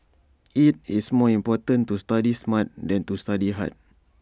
IT is more important to study smart than to study hard